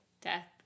death